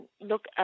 look